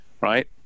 right